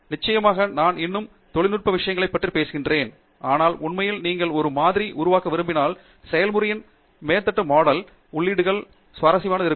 நிச்சயமாக நான் இன்னும் தொழில்நுட்ப விஷயங்களைப் பற்றி பேசுகிறேன் ஆனால் உண்மையில் நீங்கள் ஒரு மாதிரியை உருவாக்க விரும்பினால் செயல்முறையின் மேத்தமேட்டிக்கல் மாடல் உள்ளீடுகள் தொடர்ந்து சுவாரஸ்யமாக இருக்கும்